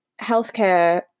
healthcare